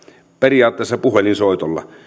periaatteessa puhelinsoitolla